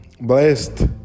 blessed